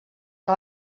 que